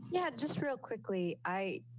yeah, just real quickly, i,